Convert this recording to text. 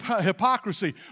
hypocrisy